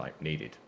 needed